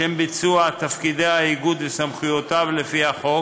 לשם ביצוע תפקידי האיגוד וסמכויותיו לפי החוק